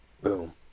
Boom